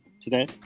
today